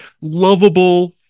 lovable